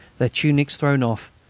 their tunics thrown off,